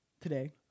today